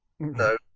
no